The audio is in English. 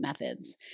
methods